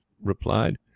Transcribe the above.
replied